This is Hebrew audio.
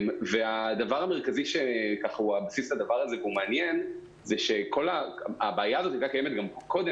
הדבר המרכזי והמעניין הוא שהבעיה הזאת הייתה קיימת גם קודם,